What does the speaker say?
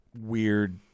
weird